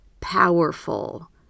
powerful